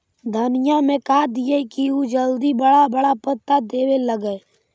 धनिया में का दियै कि उ जल्दी बड़ा बड़ा पता देवे लगै?